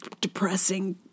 depressing